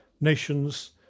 nations